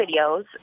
videos